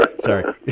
Sorry